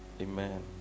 Amen